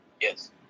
Yes